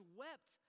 wept